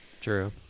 true